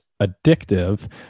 addictive